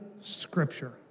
Scripture